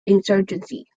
insurgency